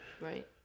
right